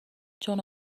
چون